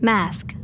Mask